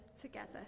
together